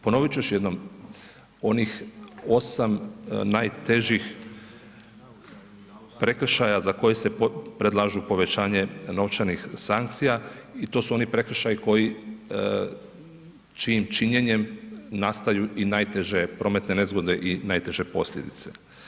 Ponoviti ću još jednom, onih 8 najtežih prekršaja za koje se predlažu povećanje novčanih sankcija i to su oni prekršaji koji, čijim činjenjem nastaju i najteže prometne nezgode i najteže posljedice.